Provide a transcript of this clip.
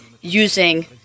using